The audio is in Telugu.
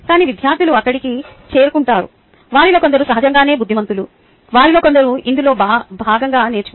కానీ విద్యార్థులు అక్కడికి చేరుకుంటారు వారిలో కొందరు సహజంగానే బుద్ధిమంతులు వారిలో కొందరు ఇందులో భాగంగా నేర్చుకుంటారు